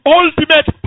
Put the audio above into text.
ultimate